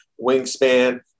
wingspan